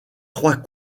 trois